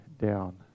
down